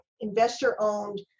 investor-owned